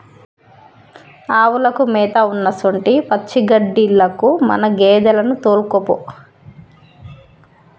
ఆవులకు మేత ఉన్నసొంటి పచ్చిగడ్డిలకు మన గేదెలను తోల్కపో